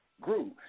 grew